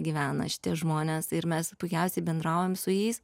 gyvena šitie žmonės ir mes puikiausiai bendraujam su jais